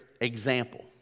example